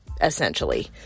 essentially